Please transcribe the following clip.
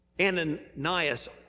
Ananias